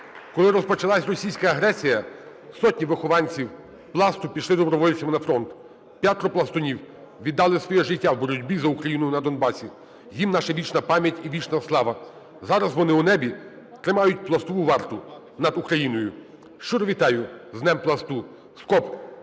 коли розпочалася російська агресія, сотні вихованців "Пласту" пішли добровольцями на фронт. П'ятеро пластунів віддали своє життя в боротьбі за Україну на Донбасі. Їм наша вічна пам'ять і вічна слава! Зараз вони у небі, тримають пластову варту над Україною. Щиро вітаю з Днем "Пласту"!